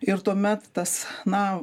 ir tuomet tas na